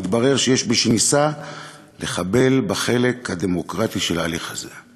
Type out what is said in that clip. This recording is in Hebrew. מתברר שיש מי שניסה לחבל בחלק הדמוקרטי של ההליך הזה.